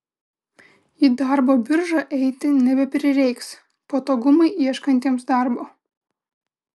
į darbo biržą eiti nebeprireiks patogumai ieškantiems darbo